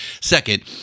Second